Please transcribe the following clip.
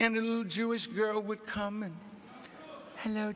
in the jewish girl would come and kno